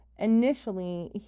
Initially